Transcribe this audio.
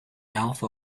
alpha